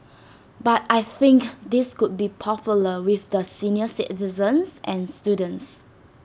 but I think this could be popular with the senior citizens and students